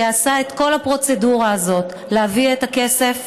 שעשה את כל הפרוצדורה הזאת להביא את הכסף.